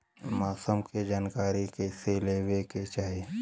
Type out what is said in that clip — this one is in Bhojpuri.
मौसम के जानकारी कईसे लेवे के चाही?